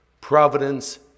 Providence